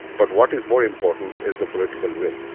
but what is more important is the political will.